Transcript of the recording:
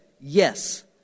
yes